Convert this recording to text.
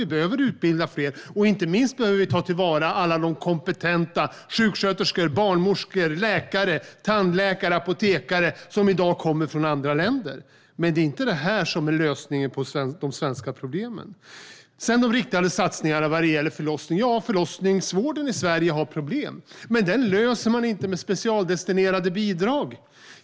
Vi behöver utbilda fler, och inte minst behöver vi ta till vara alla de kompetenta sjuksköterskor, barnmorskor, läkare, tandläkare och apotekare som i dag kommer från andra länder. Men det är inte det som är lösningen på de svenska problemen. Sedan var det frågan om de riktade satsningarna till förlossningsvården. Ja, förlossningsvården i Sverige har problem, men dem löser man inte med specialdestinerade bidrag.